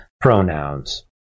pronouns